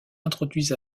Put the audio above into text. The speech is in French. introduits